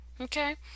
Okay